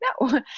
no